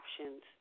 options